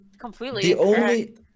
completely